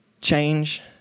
Change